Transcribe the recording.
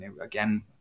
again